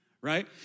right